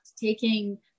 taking